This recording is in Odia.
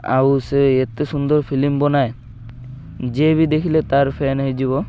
ଆଉ ସେ ଏତେ ସୁନ୍ଦର ଫିଲିମ୍ ବନାଏ ଯିଏ ବି ଦେଖିଲେ ତାର୍ ଫ୍ୟାନ୍ ହେଇଯିବ